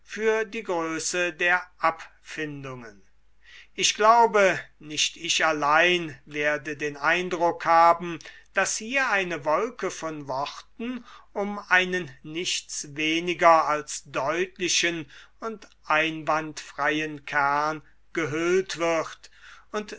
für die größe der abfindungen ich glaube nicht ich allein werde den eindruck haben daß hier eine wolke von worten um einen nichts weniger als deutlichen und einwandfreien kern gehüllt wird und